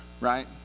right